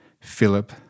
Philip